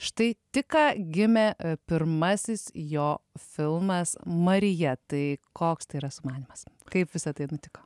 štai tik ką gimė pirmasis jo filmas marija tai koks tai yra sumanymas kaip visa tai nutiko